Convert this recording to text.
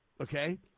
Okay